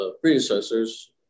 predecessors